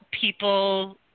people